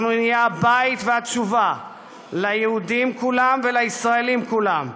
אנחנו נהיה הבית והתשובה ליהודים כולם ולישראלים כולם,